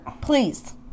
please